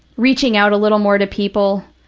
reaching out a little more to people,